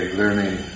learning